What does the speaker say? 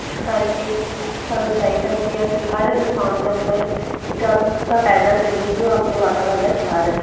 ਜਿਸ ਕਰਕੇ ਸਾਨੂੰ ਚਾਹੀਦਾ ਹੈ ਕਿ ਅਸੀਂ ਹਰ ਇਨਸਾਨ ਦੇ ਅੰਦਰ ਇਹ ਜਾਗਰੂਕਤਾ ਪੈਦਾ ਕਰੀਏ ਕਿ ਉਹ ਆਪਣੇ ਵਾਤਾਵਰਨ ਦਾ ਖਿਆਲ ਰੱਖੇ